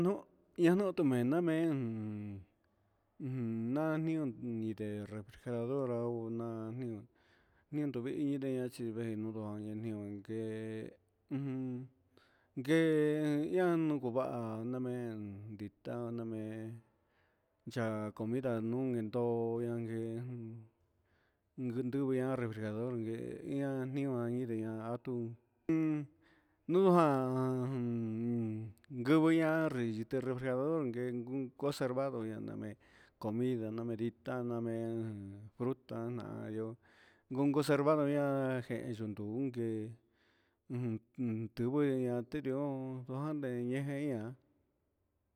No'o ñanuu tuvenna me'en un un nanion ide refrijerador ha unani, nindo vee iniya axhin venion nanion keen ujun ngue ian nakuva'a, namen ditá namen ya'á comida niun indó najen nikan ndikua refrijerador ngue ian ide ihá atú iin ndujean nruku ihá refrijerador ken conservado ña'a nanen comida namerina namen frutana ihó, ku conservar ña'a jén niu nduje ujun ña tiunburaña tedión nrujan ña ndejen ihá.